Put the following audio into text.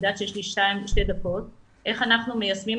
אני מקווה